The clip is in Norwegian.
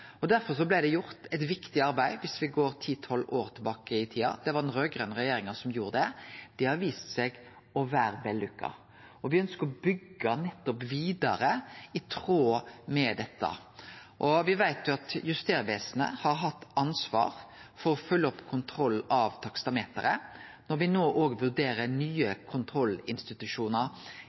Derfor blei det gjort eit viktig arbeid 10–12 år tilbake i tid. Det var den raud-grøne regjeringa som gjorde det. Det har vist seg å vere vellukka. Me ønskjer å byggje vidare i tråd med nettopp dette. Me veit at Justervesenet har hatt ansvar for å følgje opp kontroll av taksameteret. Når me no vurderer nye